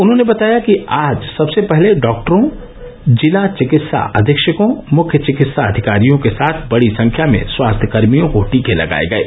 उन्होने बताया कि आज सबसे पहले डॉक्टरों जिला चिकित्सा अधीक्षकों मुख्य चिकित्साधिकारियों के साथ बड़ी संख्या में स्वास्थ्यकर्मियों को टीके लगाये गये